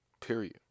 period